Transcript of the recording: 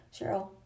Cheryl